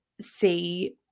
see